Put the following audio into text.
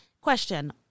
question